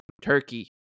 Turkey